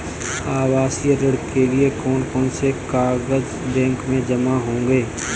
आवासीय ऋण के लिए कौन कौन से कागज बैंक में जमा होंगे?